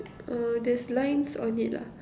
uh there's lines on it lah